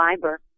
fiber